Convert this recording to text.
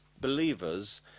believers